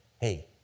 hey